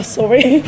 sorry